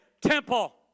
temple